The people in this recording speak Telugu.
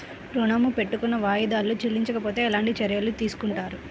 ఋణము పెట్టుకున్న వాయిదాలలో చెల్లించకపోతే ఎలాంటి చర్యలు తీసుకుంటారు?